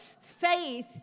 faith